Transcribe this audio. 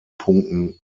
punkten